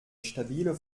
stabile